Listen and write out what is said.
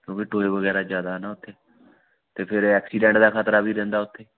ਉਂ ਵੀ ਟੋਏ ਵਗੈਰਾ ਜ਼ਿਆਦਾ ਨਾ ਉੱਥੇ ਅਤੇ ਫਿਰ ਐਕਸੀਡੈਂਟ ਦਾ ਖਤਰਾ ਵੀ ਰਹਿੰਦਾ ਉੱਥੇ